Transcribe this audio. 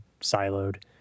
siloed